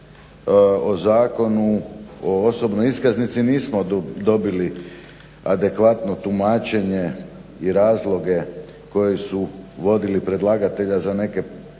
o Zakonu o osobnoj iskaznici nismo dobili adekvatno tumačenje i razloge koji su vodili predlagatelja za neke